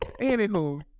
Anywho